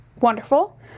wonderful